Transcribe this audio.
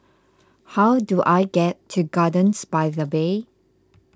how do I get to Gardens by the Bay